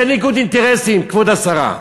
זה ניגוד אינטרסים, כבוד השרה.